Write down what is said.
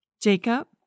Jacob